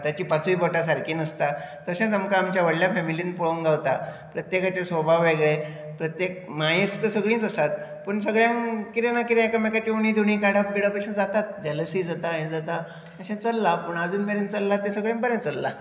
हाताचीं पांचूय बोटां सारकीं नासतात तशेंच आमकां आमच्या व्हडल्या फॅमिलींत पळोंवक गावता प्रत्येकाचे स्वभाव वेगळे प्रत्येक मायेस्त सगळींच आसात पूण सगळ्यांक कितें ना कितें एकामेकांचे उणी धुणी काडप बीडप अशें जाताच जेलसी जाता हें जाता अशें चल्लां पूण अजून मेरेन चल्लां ते सगळें बरें चल्लां